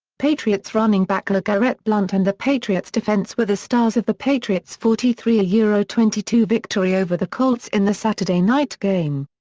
patriots running back legarrette blount and the patriots defense were the stars of the patriots forty three yeah twenty two victory over the colts in the saturday night game.